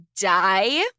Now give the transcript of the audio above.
die